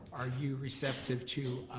are you receptive to